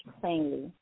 plainly